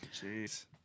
Jeez